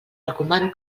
recomano